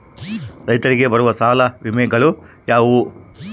ರೈತರಿಗೆ ಬರುವ ಸಾಲದ ವಿಮೆಗಳು ಯಾವುವು?